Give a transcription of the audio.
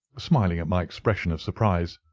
smiling at my expression of surprise.